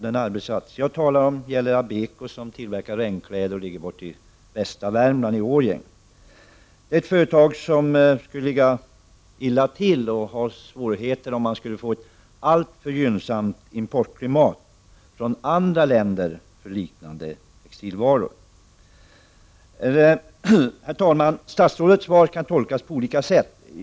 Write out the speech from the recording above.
Jag talar om företaget Abeko i Årjäng i västra Värmland som tillverkar regnkläder. Det är ett företag som skulle ligga illa till och få svårigheter om det skulle bli ett alltför gynnsamt importklimat för andra länder som tillverkar liknande textilvaror. Herr talman! Statsrådets svar kan tolkas på olika sätt.